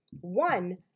One